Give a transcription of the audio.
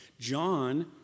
John